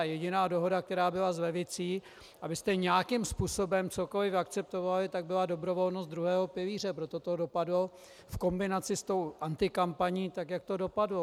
Jediná dohoda, která byla s levicí, abyste nějakým způsobem cokoli akceptovali, byla dobrovolnost druhého pilíře, proto to dopadlo v kombinaci s tou antikampaní tak, jak to dopadlo.